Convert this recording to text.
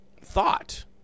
thought